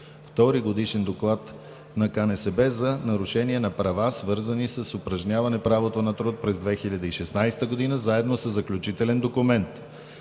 Втори годишен доклад на КНСБ за нарушение на права, свързани с упражняване правото на труд през 2016 г., заедно със Заключителен документ.